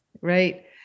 right